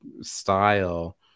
style